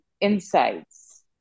insights